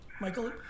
Michael